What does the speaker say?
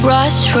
Rush